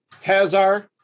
Tazar